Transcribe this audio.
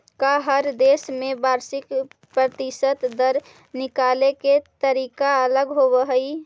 का हर देश में वार्षिक प्रतिशत दर निकाले के तरीका अलग होवऽ हइ?